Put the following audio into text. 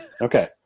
okay